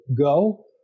go